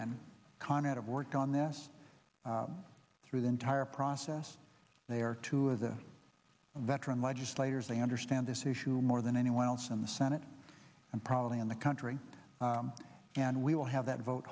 and conrad of work on this through the entire process they are two of the veteran legislators they understand this issue more than anyone else in the senate and probably in the country and we will have that vote